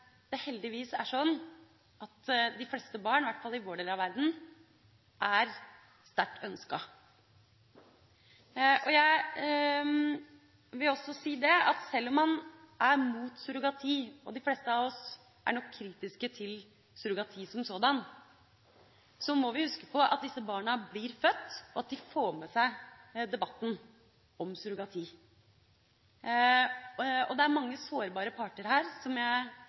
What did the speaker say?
det heldigvis er sånn at de fleste barn, i hvert fall i vår del av verden, er sterkt ønsket. Jeg vil også si at sjøl om man er mot surrogati – og de fleste av oss er nok kritiske til surrogati som sådant – må vi huske på at disse barna blir født, og at de får med seg debatten om surrogati. Det er mange sårbare parter her – som jeg innledet med – og det er